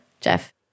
Jeff